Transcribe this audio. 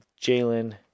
Jalen